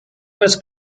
must